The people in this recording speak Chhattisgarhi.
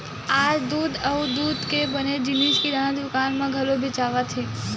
आज दूद अउ दूद के बने जिनिस किराना दुकान म घलो बेचावत हे